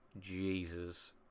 jesus